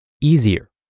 easier